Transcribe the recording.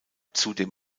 zudem